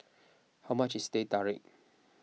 how much is Teh Tarik